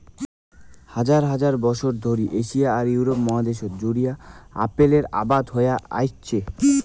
হাজার হাজার বছর ধরি এশিয়া আর ইউরোপ মহাদ্যাশ জুড়িয়া আপেলের আবাদ হয়া আইসছে